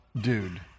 dude